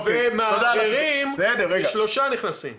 אחרי שמערערים, כ-3 נכנסים.